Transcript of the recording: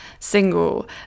single